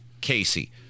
Casey